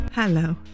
Hello